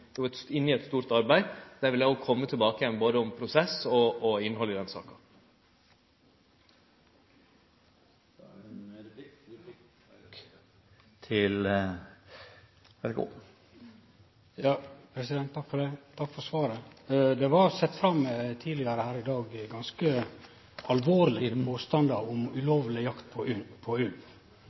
i eit stort arbeid. Eg vil kome tilbake både om prosessen og om innhaldet i den saka. Takk for svaret. Det var tidlegare her i dag sett fram ganske alvorlege påstandar om ulovleg jakt på ulv. Eg ønskjer statsråden sitt syn på